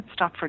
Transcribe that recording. Stockford